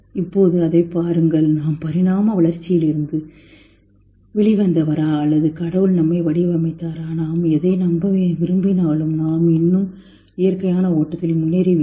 இப்போது அதைப் பாருங்கள் நாம் பரிணாம வளர்ச்சியிலிருந்து வெளிவந்தவரா அல்லது கடவுள் நம்மை வடிவமைத்தாரா நாம் எதை நம்ப விரும்பினாலும் நாம் இன்னும் இயற்கையான ஓட்டத்தில் முன்னேறிவிட்டோம்